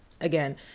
Again